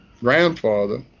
grandfather